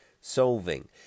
solving